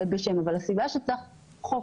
אבל הסיבה שצריך חוק